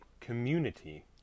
community